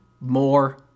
more